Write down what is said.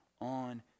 on